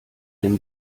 dem